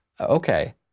okay